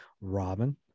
robin